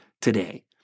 today